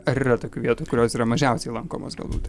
ar yra tokių vietų kurios yra mažiausiai lankomos galbūt